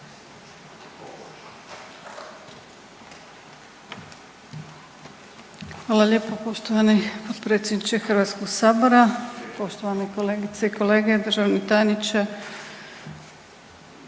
Hvala lijepo poštovani potpredsjedniče Hrvatskog sabora, poštovane kolegice i kolege, državni tajniče.